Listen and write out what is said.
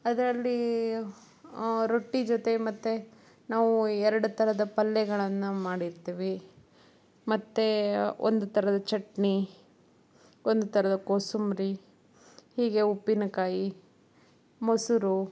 ಅದರಲ್ಲಿ ರೊಟ್ಟಿ ಜೊತೆ ಮತ್ತೆ ನಾವು ಎರಡು ಥರದ ಪಲ್ಯಗಳನ್ನು ಮಾಡಿರ್ತಿವಿ ಮತ್ತೆ ಒಂದು ಥರದ ಚಟ್ನಿ ಒಂದು ಥರದ ಕೋಸಂಬರಿ ಹೀಗೆ ಉಪ್ಪಿನಕಾಯಿ ಮೊಸರು